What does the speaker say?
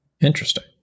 Interesting